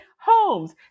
homes